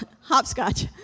Hopscotch